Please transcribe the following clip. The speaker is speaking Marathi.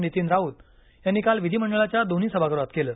नितीन राऊत यांनी काल विधिमंडळाच्या दोन्ही सभागृहात केलं